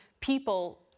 people